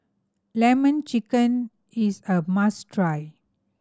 Lemon Chicken is a must try